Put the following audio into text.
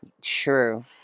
True